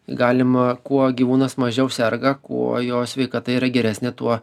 galima kuo gyvūnas mažiau serga kuo jo sveikata yra geresnė tuo